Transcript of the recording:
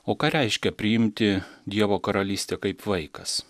o ką reiškia priimti dievo karalystę kaip vaikas